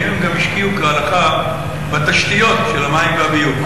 האם הם גם השקיעו כהלכה בתשתיות של המים והביוב?